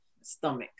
stomach